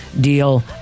deal